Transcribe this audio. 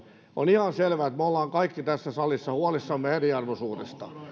on ihan selvää että me olemme kaikki tässä salissa huolissamme eriarvoisuudesta